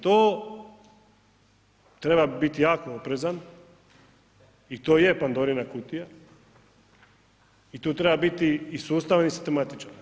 To treba biti jako oprezan i to je Pandorina kutija i tu treba biti i sustavan i sistematičan.